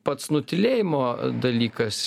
pats nutylėjimo dalykas